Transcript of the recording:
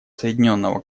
соединенного